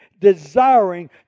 desiring